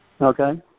Okay